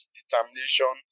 determination